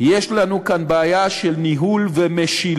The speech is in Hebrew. יש לנו כאן בעיה של ניהול ומשילות.